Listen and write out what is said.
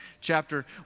chapter